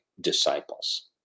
disciples